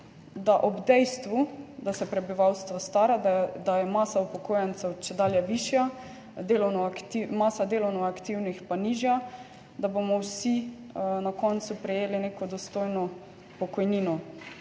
da ob dejstvu, da se prebivalstvo stara, da je masa upokojencev čedalje višja, masa delovno aktivnih pa nižja, da bomo vsi na koncu prejeli neko dostojno pokojnino